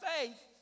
faith